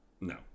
No